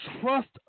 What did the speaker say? trust